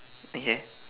okay